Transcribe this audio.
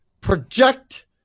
project